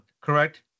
correct